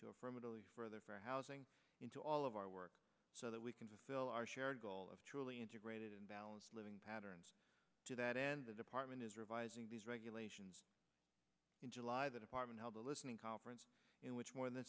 to affirmatively for housing into all of our work so that we can fulfill our shared goal of truly integrated and balanced living patterns to that end the department is revising these regulations in july the department how the listening conference in which more than